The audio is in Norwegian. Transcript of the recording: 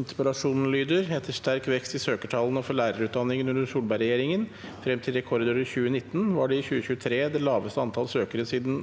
«Etter sterk vekst i søkertallene for lærerutdannin- gene under Solberg-regjeringen frem til rekordåret 2019 var det i 2023 det laveste antall søkere siden